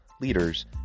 leaders